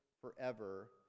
forever